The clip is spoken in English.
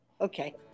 Okay